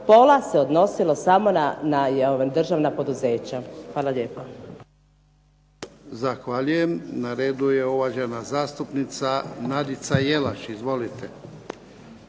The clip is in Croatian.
pola se odnosilo samo na državna poduzeća. **Jarnjak,